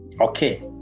Okay